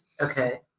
Okay